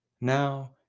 Now